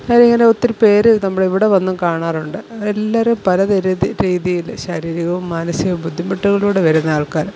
അങ്ങനെ ഒത്തിരി പേര് നമ്മളിവിടെ വന്ന് കാണാറുണ്ട് എല്ലാവരും പല തര രീതിയില് ശാരീരികവും മാനസികവും ബുദ്ധിമുട്ടുകളിലൂടെ വരുന്ന ആള്ക്കാര്